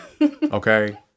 Okay